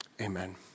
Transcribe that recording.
Amen